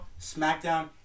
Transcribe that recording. SmackDown